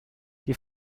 die